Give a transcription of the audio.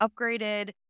upgraded